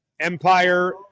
Empire